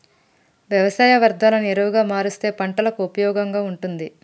వ్యవసాయ వ్యర్ధాలను ఎరువుగా మారుస్తే పంటలకు ఉపయోగంగా ఉంటుంది